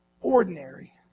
Ordinary